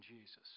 Jesus